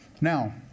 now